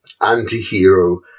anti-hero